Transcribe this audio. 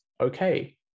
okay